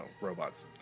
robots